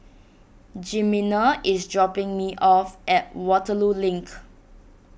Jimena is dropping me off at Waterloo Link